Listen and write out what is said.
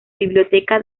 biblioteca